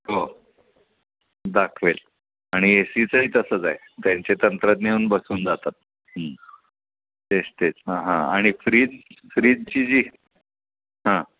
हो दाखवेल आणि ए सीचंही तसंच आहे त्यांचे तंत्रज्ञ येऊन बसवून जातात तेच तेच हां हां आणि फ्रीज फ्रीजची जी हां